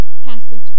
passage